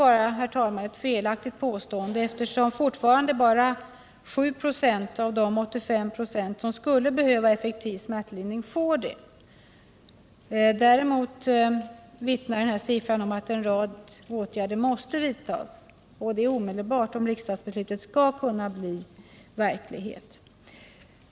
Detta måste vara ett felaktigt påstående, eftersom fortfarande bara 7 96 av de 85 926 kvinnor som skulle behöva effektiv smärtlindring får en sådan. Denna siffra vittnar däremot om att en rad åtgärder omedelbart måste vidtas för att riksdagsbeslutet skall kunna bli verklighet.